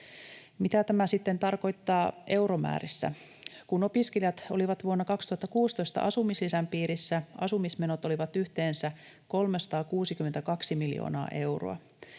Mitä tämä sitten tarkoittaa euromäärissä? Kun opiskelijat olivat vuonna 2016 asumislisän piirissä, asumismenot olivat yhteensä 362 miljoonaa euroa.